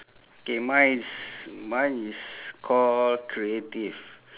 K mine is mine is call creative